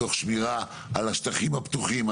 תוך שמירה על השטחים הפתוחים,